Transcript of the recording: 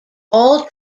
all